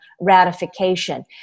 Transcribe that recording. ratification